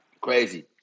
Crazy